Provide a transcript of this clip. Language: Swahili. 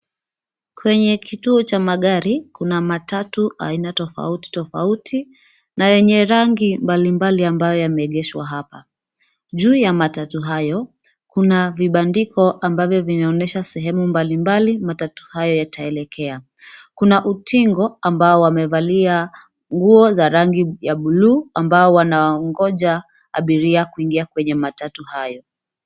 Kwenye kituo cha magari, kuna matatu aina tofauti tofauti na yenye rangi mbalimbali ambayo yameegeshwa hapa. Juu ya matatu hayo, kuna vibandiko ambavyo vinaonyesha sehemu mbalimbali matatu hayo yataelekea. Kuna utingo ambao wamevalia nguo za rangi ya buluu ambao wanaongoja abiria kuingia kwenye matatu hayo.